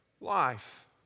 life